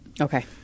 Okay